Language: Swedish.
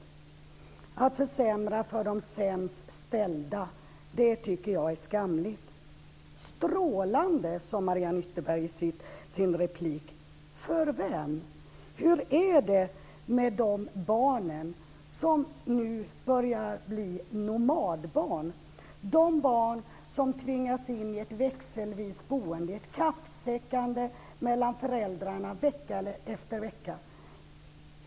Jag tycker att det är skamligt att försämra för de sämst ställda. I sin replik sade Mariann Ytterberg att det var strålande. För vem? Hur blir det för de barn som nu börjar bli nomadbarn? Jag tänker på de barn som tvingas in i ett växelvis boende. De flyttar med sina kappsäckar mellan föräldrarna vecka efter vecka.